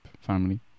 family